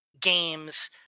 games